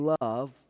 love